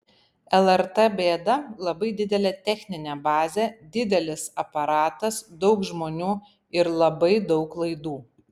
lrt bėda labai didelė techninė bazė didelis aparatas daug žmonių ir labai daug laidų